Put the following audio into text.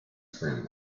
family